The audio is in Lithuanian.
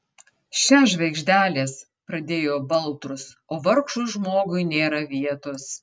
še žvaigždelės pradėjo baltrus o vargšui žmogui nėra vietos